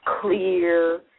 clear